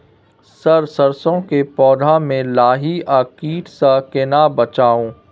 Sir सरसो के पौधा में लाही आ कीट स केना बचाऊ?